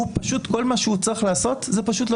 כל מה שהוא צריך לעשות זה פשוט לא